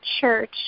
church